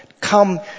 come